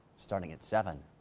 starting at seven.